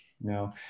No